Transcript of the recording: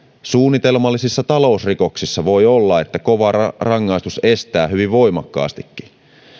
suunnitelmallisissa talousrikoksissa voi olla että kova rangaistus estää niitä hyvin voimakkaastikin